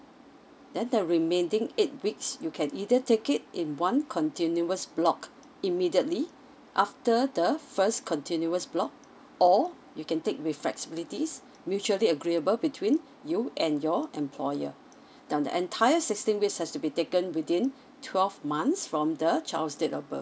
then the remaining eight weeks you can either take it in one continuous block immediately after the first continuous block or you can take with flexibilities mutually agreeable between you and your employer now the entire sixteen weeks has to be taken within twelve months from the child's date of birth